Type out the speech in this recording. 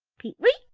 peet-weet!